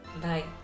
Bye